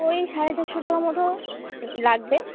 ওই সাড়ে চারশো টাকা মতো লাগবে